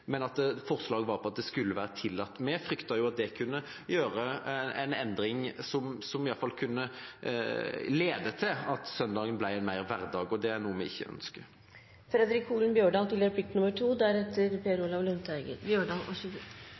men også dette med å gjøre søndagen mer til en vanlig hverdag gjennom for så vidt kanskje en mindre, symbolsk endring – nemlig at det ikke skulle være forbudt; forslaget var at det skulle være tillatt. Vi fryktet at det kunne bli en endring som iallfall kunne lede til at søndagen ble mer av en hverdag, og det er noe vi ikke